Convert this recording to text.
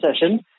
session